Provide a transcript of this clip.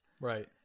Right